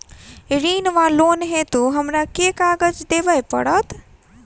ऋण वा लोन हेतु हमरा केँ कागज देबै पड़त?